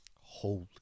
Holy